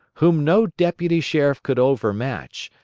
whom no deputy sheriff could over-match,